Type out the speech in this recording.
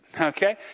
okay